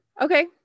okay